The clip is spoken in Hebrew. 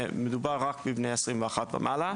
ומדובר רק בבני 21 ומעלה.